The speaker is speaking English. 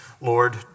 Lord